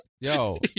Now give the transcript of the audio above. Yo